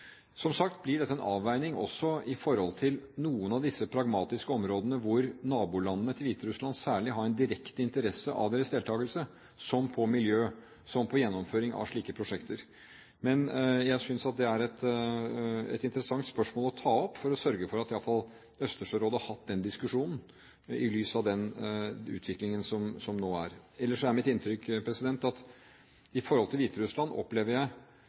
Som sagt blir dette en avveining også i forhold til noen av de pragmatiske forholdene hvor nabolandene til Hviterussland særlig har en direkte interesse av deres deltakelse, som på miljø og som på gjennomføring av slike prosjekter. Men jeg synes det er et interessant spørsmål å ta opp, for å sørge for at i hvert fall Østersjørådet har hatt den diskusjonen i lys av den utviklingen som nå er. Ellers er mitt inntrykk når det gjelder Hviterussland, at